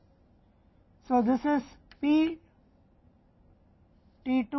अतः यह P t 2 है